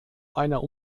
einer